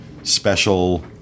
special